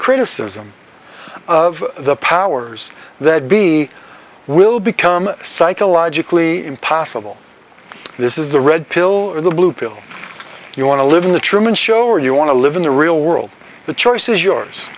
criticism of the powers that be will become psychologically impossible this is the red pill or the blue pill you want to live in the truman show or you want to live in the real world the choice is yours